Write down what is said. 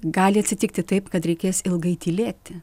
gali atsitikti taip kad reikės ilgai tylėti